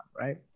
right